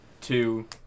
two